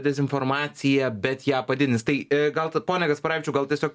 dezinformaciją bet ją padidins tai gal pone kasparavičiau gal tiesiog